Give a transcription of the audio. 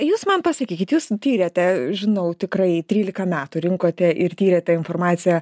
jūs man pasakykit jūs tyrėte žinau tikrai trylika metų rinkote ir tyrėte informaciją